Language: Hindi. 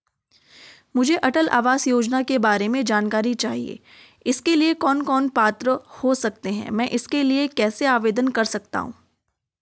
मुझे अटल आवास योजना के बारे में जानकारी चाहिए इसके लिए कौन कौन पात्र हो सकते हैं मैं इसके लिए कैसे आवेदन कर सकता हूँ?